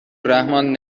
رحمان